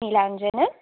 നീലാഞ്ജനം